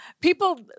people